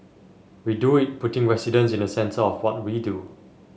we do it putting residents in the centre of what we do